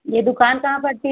यह दुक़ान कहाँ पड़ती है